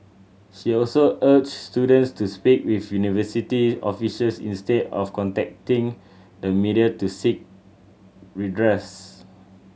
she also urged students to speak with university officials instead of contacting the media to seek redress